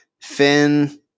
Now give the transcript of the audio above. Finn